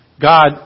God